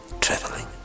traveling